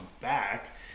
back